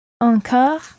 Encore